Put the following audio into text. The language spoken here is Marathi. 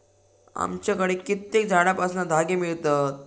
आमच्याकडे कित्येक झाडांपासना धागे मिळतत